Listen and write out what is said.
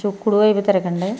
కొంచెం కుడివైపు తిరగండి